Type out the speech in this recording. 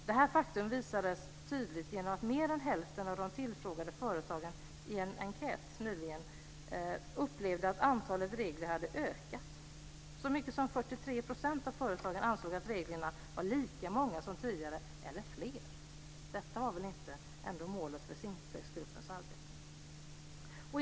Detta faktum visades tydligt genom att mer än hälften av de tillfrågade företagen enligt en enkät nyligen upplevde att antalet regler hade ökat. Så mycket som 43 % av företagen ansåg att reglerna var lika många som tidigare, eller fler. Detta var väl ändå inte målet för Simplexgruppens arbete?